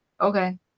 okay